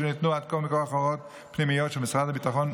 שניתנו עד כה מכוח הוראות פנימיות של משרד הביטחון,